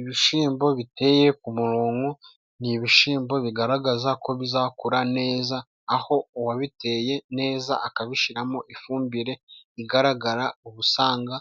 Ibishyimbo biteye ku murongo. Ni ibishyimbo bigaragaza ko bizakura neza, aho uwabiteye neza akabishyiramo ifumbire igaragara, usanga